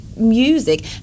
music